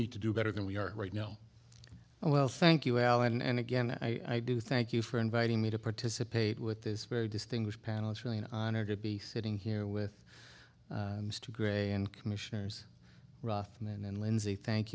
need to do better than we are right now well thank you allen and again i do thank you for inviting me to participate with this very distinguished panel it's really an honor to be sitting here with mr grey and commissioners roughen and lindsay thank